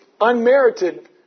unmerited